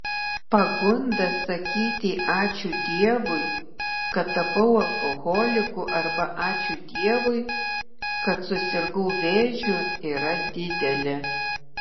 pagunda sakyti ačiū dievui kad tapau alkoholiku arba ačiū dievui kad susirgau vėžiu yra didelė